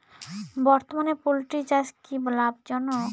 বর্তমানে পোলট্রি চাষ কি লাভজনক?